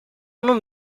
non